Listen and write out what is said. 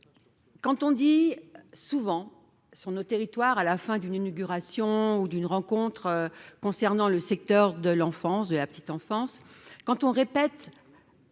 Quand on dit souvent sur nos territoires à la fin d'une inauguration ou d'une rencontre concernant le secteur de l'enfance de la petite enfance quand on répète.--